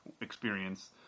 experience